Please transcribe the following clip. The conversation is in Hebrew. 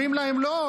אומרים להם: לא.